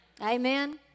Amen